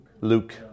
Luke